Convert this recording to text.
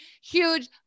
Huge